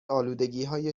الودگیهای